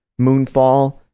Moonfall